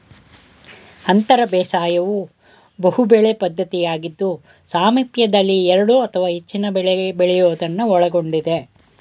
ಅಂತರ ಬೇಸಾಯವು ಬಹುಬೆಳೆ ಪದ್ಧತಿಯಾಗಿದ್ದು ಸಾಮೀಪ್ಯದಲ್ಲಿ ಎರಡು ಅಥವಾ ಹೆಚ್ಚಿನ ಬೆಳೆ ಬೆಳೆಯೋದನ್ನು ಒಳಗೊಂಡಿದೆ